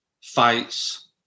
fights